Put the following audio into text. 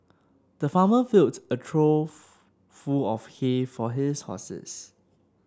the farmer filled a trough full of hay for his horses